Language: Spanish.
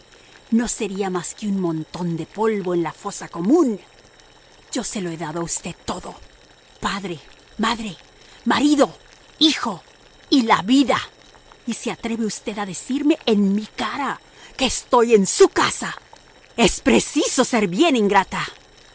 no sería más que un montón de polvo en la fosa común yo se lo he dado a usted todo padre madre marido hijo y la vida y se atreve usted a decirme en mi cara que estoy en su casa es preciso ser bien ingrata